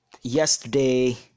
Yesterday